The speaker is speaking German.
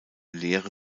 lehre